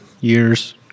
years